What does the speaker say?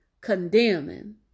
condemning